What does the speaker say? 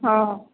ହଁ